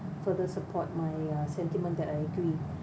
further support my uh sentiment that I agree uh